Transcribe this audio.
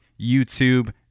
YouTube